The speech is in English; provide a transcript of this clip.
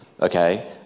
okay